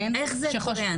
כן -- איך זה קורה?